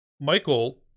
michael